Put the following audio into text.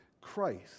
Christ